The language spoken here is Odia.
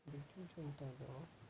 ବିଜୁ ଜନତା ଦଳ